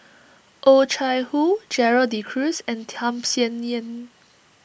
Oh Chai Hoo Gerald De Cruz and Tham Sien Yen